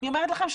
אני אומרת לכם,